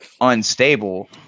unstable